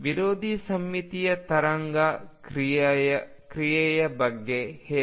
ವಿರೋಧಿ ಸಮ್ಮಿತೀಯ ತರಂಗ ಕ್ರಿಯೆಯ ಬಗ್ಗೆ ಹೇಗೆ